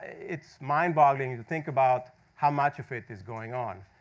it's mind boggling to think about how much of it is going on.